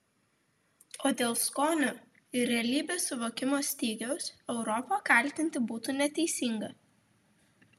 o dėl skonio ir realybės suvokimo stygiaus europą kaltinti būtų neteisinga